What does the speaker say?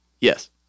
Yes